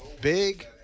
Big